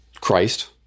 Christ